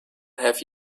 have